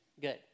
Good